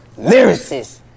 lyricist